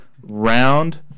round